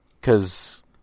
Cause